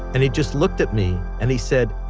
and he just looked at me and he said,